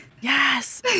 Yes